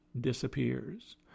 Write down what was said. disappears